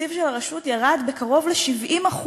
התקציב של הרשות ירד בקרוב ל-70%